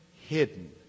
hidden